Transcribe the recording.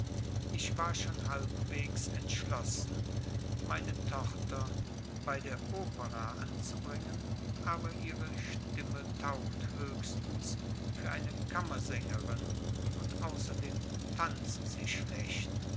ich war schon halbwegs entschlossen meine tochter bei der opera anzubringen aber ihre stimme taugt höchstens für eine kammersängerin und außerdem tanzt sie schlecht